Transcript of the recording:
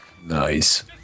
Nice